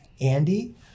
Andy